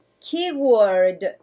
keyword